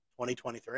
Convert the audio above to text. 2023